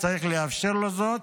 צריך לאפשר לו זאת.